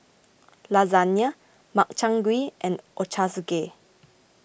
Lasagne Makchang Gui and Ochazuke